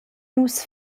nus